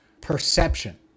perception